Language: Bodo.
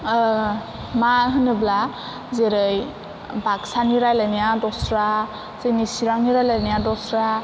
मा होनोब्ला जेरै बाक्सानि रायलायनाया दस्रा जोंनि चिरांनि रायलायनाया दस्रा